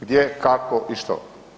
Gdje, kako i što?